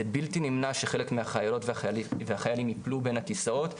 זה בלתי נמנע שחלק מהחיילות והחיילים יפלו בין הכיסאות,